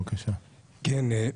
ראשית,